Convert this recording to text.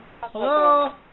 Hello